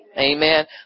Amen